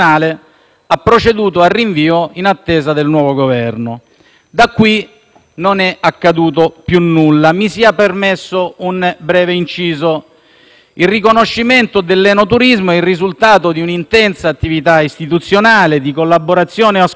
Da qui non è accaduto più nulla. Mi sia permesso un breve inciso: il riconoscimento dell'enoturismo è il risultato di un'intensa attività istituzionale, di collaborazione e ascolto con tutta la categoria, che chiedeva